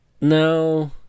No